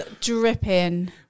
dripping